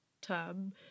term